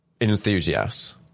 enthusiasts